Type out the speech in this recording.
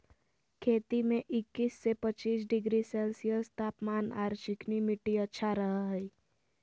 खेती में इक्किश से पच्चीस डिग्री सेल्सियस तापमान आर चिकनी मिट्टी अच्छा रह हई